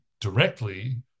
directly